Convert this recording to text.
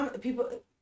people